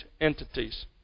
entities